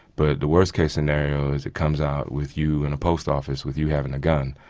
but the worst case scenario is it comes out with you in a post office with you having a gun.